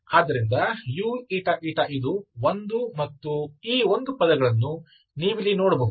ಆದ್ದರಿಂದ uηη ಇದು ಒಂದು ಮತ್ತು ಈ ಒಂದು ಪದಗಳನ್ನು ನೀವಿಲ್ಲಿ ನೋಡಬಹುದು